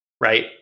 right